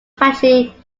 factory